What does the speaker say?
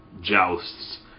jousts